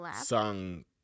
Song